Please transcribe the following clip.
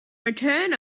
return